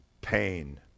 pain